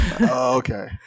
Okay